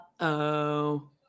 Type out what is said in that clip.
Uh-oh